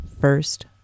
first